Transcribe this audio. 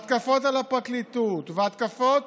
ההתקפות על הפרקליטות וההתקפות